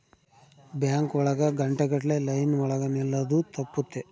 bank ಒಳಗ ಗಂಟೆ ಗಟ್ಲೆ ಲೈನ್ ಒಳಗ ನಿಲ್ಲದು ತಪ್ಪುತ್ತೆ